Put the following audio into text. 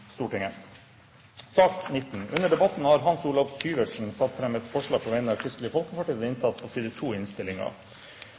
Stortinget. Under debatten har Hans Olav Syversen satt fram et forslag på vegne av Kristelig Folkeparti.